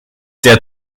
der